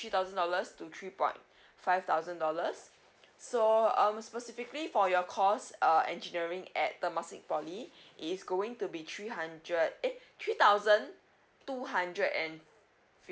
three thousand dollars to three point five thousand dollars so um specifically for your course uh engineering at temasek P_O_L_Y is going to be three hundred eh three thousand two hundred and